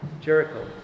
Jericho